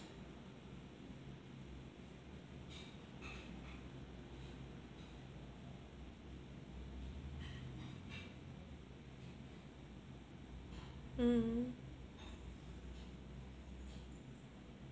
mm